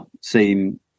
seem